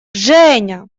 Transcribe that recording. женя